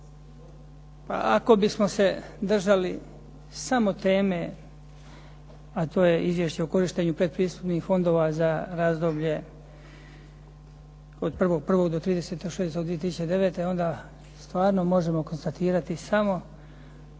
Pa ako bismo se držali samo teme a to je Izvješće o korištenju pretpristupnih fondova za razdoblje od 1. 1. do 30. 6. 2009. onda stvarno možemo konstatirati samo